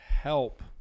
Help